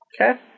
Okay